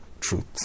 truth